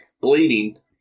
bleeding